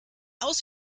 aus